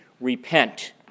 Repent